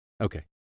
Okay